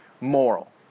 moral